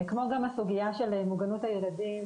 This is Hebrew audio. כמו גם הסוגייה של מוגנות הילדים,